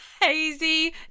Hazy